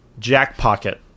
JackPocket